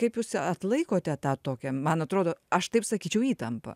kaip jūs atlaikote tą tokią man atrodo aš taip sakyčiau įtampą